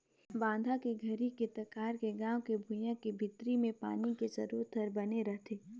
बांधा के घरी तखार के गाँव के भुइंया के भीतरी मे पानी के सरोत हर बने रहथे